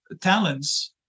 talents